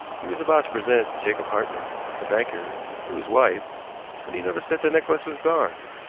he was about to present jacob hartman, the banker, to his wife when he noticed that the necklace was gone.